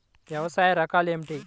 వ్యవసాయ రకాలు ఏమిటి?